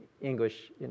English